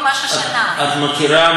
את מכירה מה עמדתנו,